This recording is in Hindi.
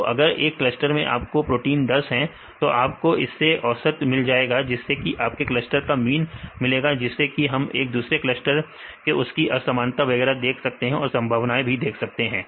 तो अगर एक क्लस्टर में आपके पास 10 प्रोटीन है तो आपको इससे औसत मिल जाएगा जिससे कि आपको क्लस्टर का मीन मिलेगा जिससे कि हम दूसरे क्लस्टर से उसकी असमानता वगैरह देख सकते हैं और संभावनाएं भी देख सकते हैं